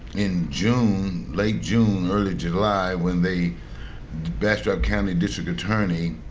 in june, late june, early july when the bastrop county district attorney